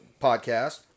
podcast